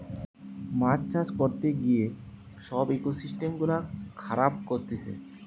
মাছ চাষ করতে গিয়ে সব ইকোসিস্টেম গুলা খারাব করতিছে